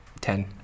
ten